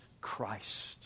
Christ